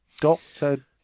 doctor